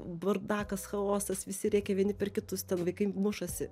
bardakas chaosas visi rėkia vieni per kitus ten vaikai mušasi